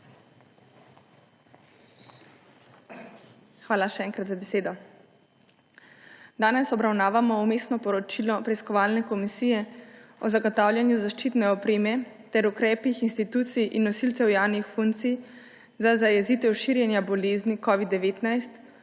Hvala, še enkrat, za besedo. Danes obravnavamo vmesno poročilo preiskovalne komisije o zagotavljanju zaščitne opreme ter ukrepih institucij in nosilcev javnih funkcij za zajezitev širjenja bolezni covid-19